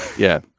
yeah.